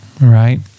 right